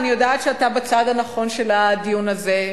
אני יודעת שאתה בצד הנכון של הדיון הזה,